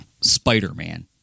Spider-Man